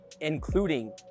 including